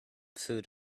food